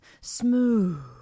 Smooth